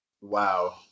Wow